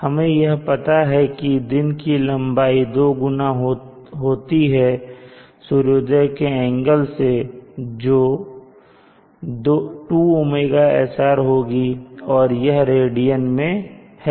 हमें यह पता है कि दिन की लंबाई दो गुना होती है सूर्योदय के एंगल से जो 2 ωsr होगी और यह रेडियन में है